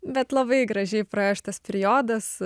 bet labai gražiai praėjo šitas periodas